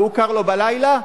וקר לו בלילה,